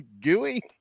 gooey